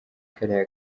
kariya